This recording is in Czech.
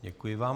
Děkuji vám.